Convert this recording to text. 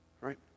right